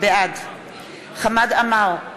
בעד חמד עמאר,